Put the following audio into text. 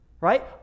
right